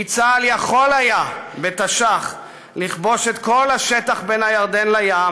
כי "צה"ל יכול היה בתש"ח לכבוש את כל השטח בין הירדן לים,